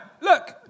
look